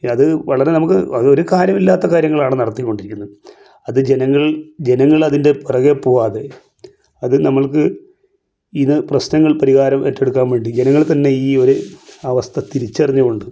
ഈ അത് വളരെ നമുക്ക് വളരെ ഒരു കാര്യമില്ലാത്ത കാര്യങ്ങളാണ് നടത്തിക്കൊണ്ടിരിക്കുന്നത് അത് ജനങ്ങൾ ജനങ്ങളതിൻ്റെ പുറകേ പോവാതെ അത് നമ്മൾക്ക് ഇത് പ്രശ്നങ്ങൾ പരിഹാരം ഏറ്റെടുക്കാൻ വേണ്ടി ജനങ്ങൾ തന്നെ ഈ ഒരവസ്ഥ തിരിച്ചറിഞ്ഞ് കൊണ്ട്